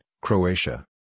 Croatia